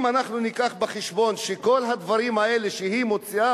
אם נביא בחשבון את כל הדברים האלה שהיא מוציאה